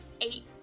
eight